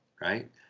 right